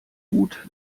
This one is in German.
hut